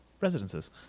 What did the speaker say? Residences